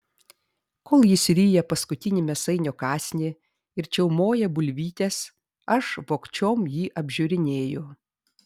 kol jis ryja paskutinį mėsainio kąsnį ir čiaumoja bulvytes aš vogčiom jį apžiūrinėju